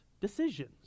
decisions